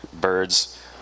birds